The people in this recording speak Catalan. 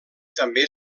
també